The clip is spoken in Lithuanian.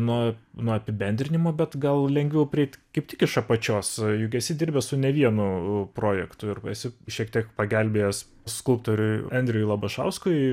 nuo nuo apibendrinimo bet gal lengviau prieit kaip tik iš apačios juk esi dirbęs su ne vienu projektu ir esi šiek tiek pagelbėjęs skulptoriui andriui labašauskui